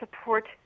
support